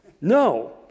No